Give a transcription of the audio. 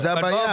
זו הבעיה.